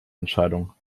entscheidung